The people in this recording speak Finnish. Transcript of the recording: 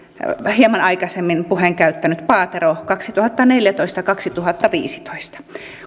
hieman aikaisemmin puheenvuoron käyttänyt paatero kaksituhattaneljätoista viiva kaksituhattaviisitoista